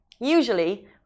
Usually